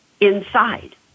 inside